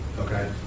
Okay